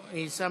אכרם.